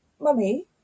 Mummy